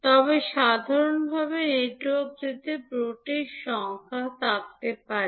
তবে সাধারণভাবে নেটওয়ার্কটিতে পোর্টের সংখ্যা থাকতে পারে